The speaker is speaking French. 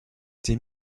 été